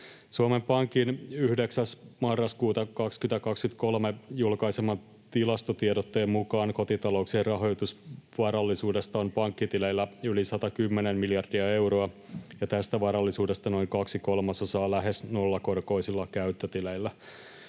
Suomen Pankin 9. marraskuuta 2023 julkaiseman tilastotiedotteen mukaan kotitalouksien rahoitusvarallisuudesta on pankkitileillä yli 110 miljardia euroa ja tästä varallisuudesta noin kaksi kolmasosaa lähes nollakorkoisilla käyttötileillä.